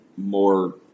more